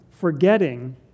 forgetting